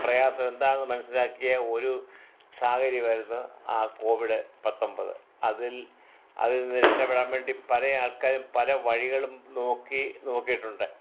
പ്രയാസം എന്താണെന്ന് മനസ്സിലാക്കിയ ഒരു സാഹചര്യമായിരുന്നു ആ കോവിഡ് പത്തൊൻപത് അതിൽ അതിലിന്ന് രക്ഷപ്പെടാൻ വേണ്ടി പല ആൾക്കാരും പല വഴികളും നോക്കി നോക്കിയിട്ടുണ്ട്